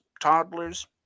toddlers